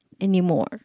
anymore